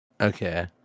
okay